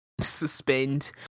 suspend